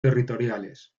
territoriales